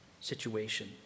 situation